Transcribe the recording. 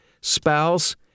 spouse